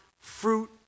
fruit